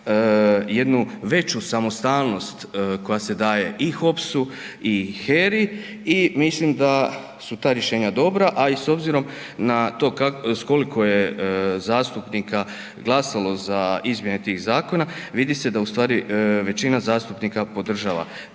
jednu veću samostalnost koja se daje i HOPS-u i HERA-i i mislim da su ta rješenja dobra. A i s obzirom na to koliko je zastupnika glasalo za izmjene tih zakona vidi se da ustvari većina zastupnika podržava